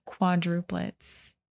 quadruplets